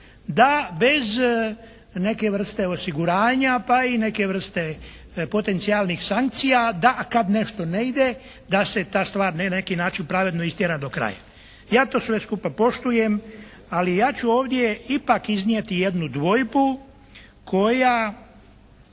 da bez neke vrste osiguranja, pa i neke vrste potencijalnih sankcija da kad nešto ne ide da se ta stvar na neki način pravedno istjera do kraja. Ja to sve skupa poštujem. Ali ja ću ovdje ipak iznijeti jednu dvojbu koja